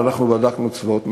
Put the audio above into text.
ואנחנו בדקנו צבאות מערביים.